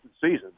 season